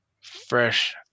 fresh